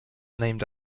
named